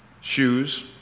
shoes